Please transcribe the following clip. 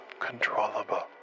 uncontrollable